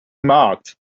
marked